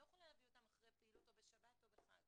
אני לא יכולה להביא את הטכנאי אחרי הפעילות או בשבת או בחג.